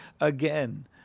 again